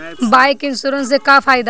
Bike insurance से का फायदा बा?